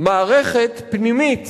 מערכת פנימית